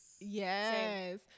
Yes